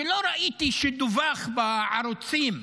שלא ראיתי שדווח בערוצים.